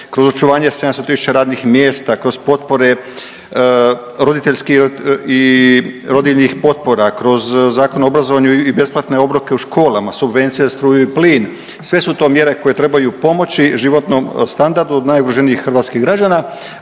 kroz očuvanje 700000 radnih mjesta, kroz potpore roditeljskih i rodiljnih potpora, kroz Zakon o obrazovanju i besplatne obroke u školama, subvencije za struju i plin. Sve su to mjere koje trebaju pomoći životnom standardu najugroženijih hrvatskih građana,